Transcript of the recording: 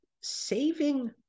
saving